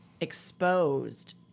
exposed